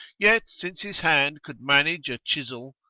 yet since his hand could manage a chisel,